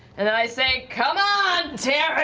and then i say come on, tary!